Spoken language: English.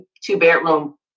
two-bedroom